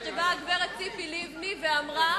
עד שבאה הגברת ציפי לבני ואמרה: